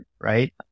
right